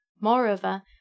Moreover